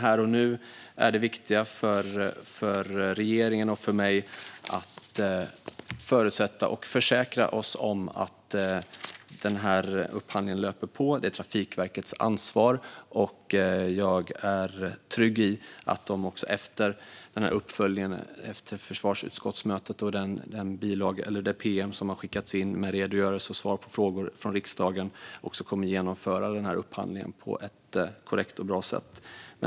Här och nu är det viktiga för regeringen och för mig att förutsätta och försäkra oss om att den här upphandlingen löper på. Det är Trafikverkets ansvar. Jag är trygg i att de efter uppföljningen, försvarsutskottsmötet och det pm som skickats in med redogörelser och svar på frågor från riksdagen kommer att genomföra upphandlingen på ett korrekt och bra sätt.